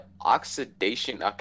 oxidation